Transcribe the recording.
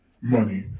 Money